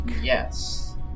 Yes